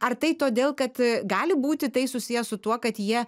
ar tai todėl kad a gali būti tai susiję su tuo kad jie